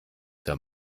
der